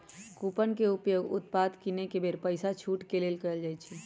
coupon के उपयोग उत्पाद किनेके बेर पइसामे छूट के लेल कएल जाइ छइ